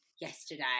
yesterday